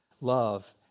Love